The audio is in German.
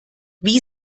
wie